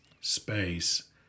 space